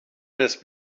this